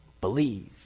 Believe